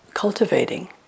cultivating